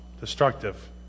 destructive